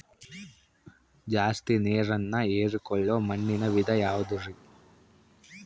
ಜಾಸ್ತಿ ನೇರನ್ನ ಹೇರಿಕೊಳ್ಳೊ ಮಣ್ಣಿನ ವಿಧ ಯಾವುದುರಿ?